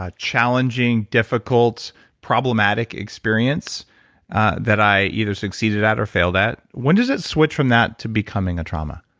ah challenging difficult problematic experience that i either succeeded at or failed at, when does it switch from that to becoming a trauma?